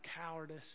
cowardice